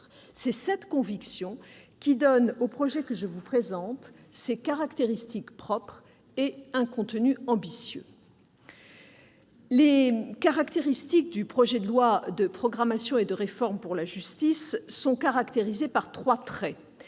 C'est cette conviction qui donne au projet que je vous présente ses caractéristiques propres et un contenu ambitieux. Le projet de loi de programmation et de réforme pour la justice est caractérisé par trois traits